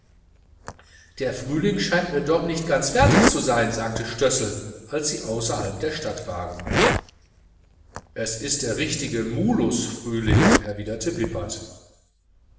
der frühling scheint mir noch nicht ganz fertig zu sein sagte stössel als sie außerhalb der stadt waren es ist der richtige mulus frühling erwiderte wippert